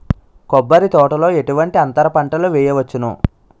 కొబ్బరి తోటలో ఎటువంటి అంతర పంటలు వేయవచ్చును?